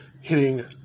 Hitting